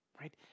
Right